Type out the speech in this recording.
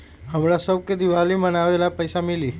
हमरा शव के दिवाली मनावेला पैसा मिली?